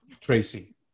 Tracy